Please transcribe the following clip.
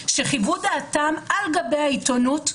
שחיוו דעתם על גבי העיתונות,